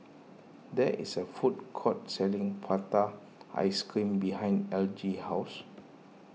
there is a food court selling Prata Ice Cream Behind Elgie house